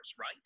right